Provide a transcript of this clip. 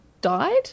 died